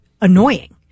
annoying